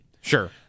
Sure